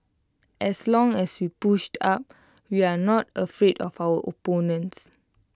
as long as we push up we are not afraid of our opponents